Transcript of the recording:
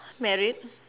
married